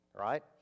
right